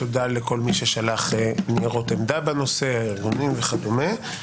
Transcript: תודה לכל מי ששלח ניירות עמדה בנושא ארגונים וכדומה.